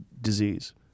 disease